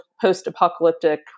post-apocalyptic